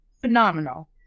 Phenomenal